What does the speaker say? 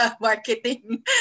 marketing